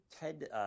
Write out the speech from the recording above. Ted